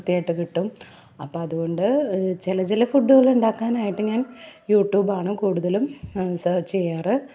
കൃത്യമായിട്ട് കിട്ടും അപ്പം അത്കൊണ്ട് ചില ചില ഫുഡ്ഡ്കളുണ്ടാക്കാനായിട്ട് ഞാൻ യൂട്ടൂബാണ് കൂടുതലും സേർച്ച് ചെയ്യാറ്